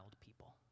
people